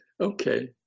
Okay